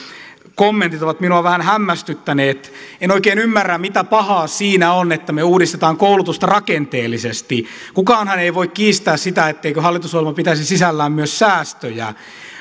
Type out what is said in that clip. kommentit ovat minua vähän hämmästyttäneet en oikein ymmärrä mitä pahaa siinä on että me uudistamme koulutusta rakenteellisesti kukaanhan ei voi kiistää sitä etteikö hallitusohjelma pitäisi sisällään myös säästöjä